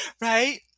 Right